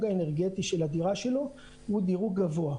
האנרגטי של הדירה שלו הוא דירוג גבוה.